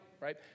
Right